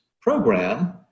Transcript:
program